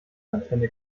antenne